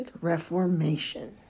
reformation